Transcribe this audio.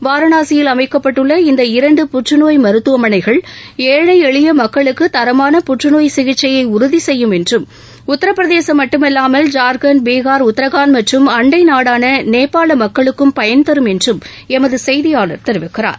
வாரணாசியில் அமைக்கப்பட்டுள்ள இந்த இரண்டு புற்றுநோய் மருத்துவமனைகள் ஏழை எளிய மக்களுக்கு தரமான புற்றநோய் சிகிச்சையை உறுதிசெய்யும் என்றும் உத்தரப்பிரதேசம் மட்டுமல்லாமல் ஜார்க்கண்ட் பீகார் உத்ராகண்ட் மற்றும் அண்டைநாடாள நேபாள மக்களுக்கும் பயன்தரும் என்றும் எமது செய்தியாளர் தெரிவிக்கிறார்